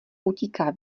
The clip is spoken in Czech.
utíká